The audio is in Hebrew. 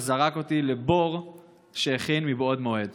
וזרק אותי לבור שהכין מבעוד מועד.